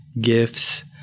gifts